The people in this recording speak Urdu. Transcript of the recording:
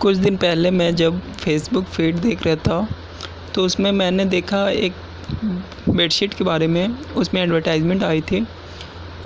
کچھ دن پہلے میں جب فیس بک فیڈ دیکھ رہا تھا تو اس میں میں نے دیکھا ایک بیڈ شیٹ کے بارے میں اس میں ایڈورٹائزمنٹ آئی تھی